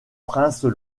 princes